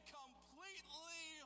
completely